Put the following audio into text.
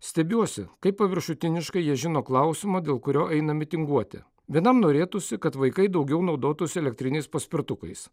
stebiuosi kaip paviršutiniškai jie žino klausimą dėl kurio eina mitinguoti vienam norėtųsi kad vaikai daugiau naudotųsi elektriniais paspirtukais